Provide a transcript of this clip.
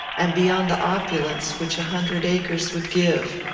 and beyond the opulence which a hundred acres would give.